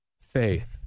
faith